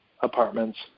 apartments